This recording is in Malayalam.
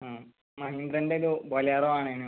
ആ മഹീന്ദ്രേൻറെ ഒരു ബൊലേറോ വേണേനു